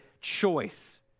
choice